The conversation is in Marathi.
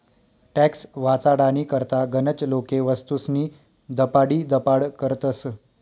टॅक्स वाचाडानी करता गनच लोके वस्तूस्नी दपाडीदपाड करतस